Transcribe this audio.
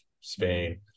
Spain